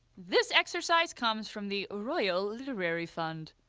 this exercise comes from the royal literary fund,